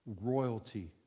royalty